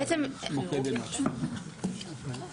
חברת